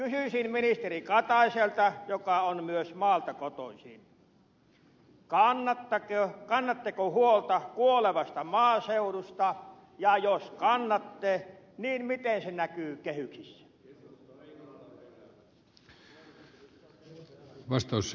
kysyisin ministeri kataiselta joka on myös maalta kotoisin kannatteko huolta kuolevasta maaseudusta ja jos kannatte niin miten se näkyy kehyksissä